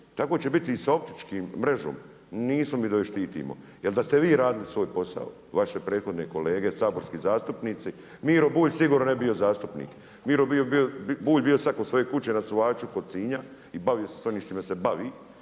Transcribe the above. Tako će biti i sa optičkim, mrežom. Nisu …/Govornik se ne razumije./… štitimo. Jer da ste vi radili svoj posao, vaše prethodne kolege saborski zastupnici Miro Bulj sigurno ne bi bio zastupnik. Miro Bulj bi bio sad kod svoje kuće na Suhaču kod Sinja i bavio se sa onim s čime se bavi.